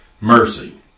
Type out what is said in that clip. mercy